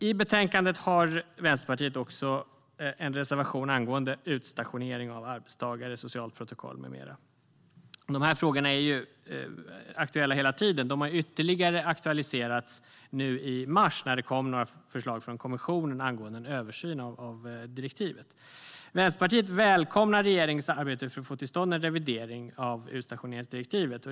I betänkandet har Vänsterpartiet också en reservation angående utstationering av arbetstagare, socialt protokoll med mera. De här frågorna är aktuella hela tiden, men de har aktualiserats ytterligare nu i mars, då det kommit några förslag från kommissionen angående en översyn av direktivet. Vänsterpartiet välkomnar regeringens arbete för att få till stånd en revidering av utstationeringsdirektivet.